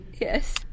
Yes